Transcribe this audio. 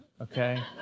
okay